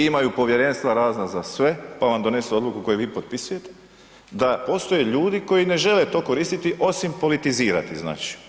Imaju povjerenstva razna za sve, pa vam donesu odluku koju vi potpisujete, da postoje ljudi koji ne žele to koristiti osim politizirati znači.